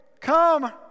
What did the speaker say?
come